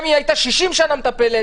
גם אם היא הייתה 60 שנה מטפלת,